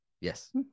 Yes